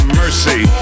mercy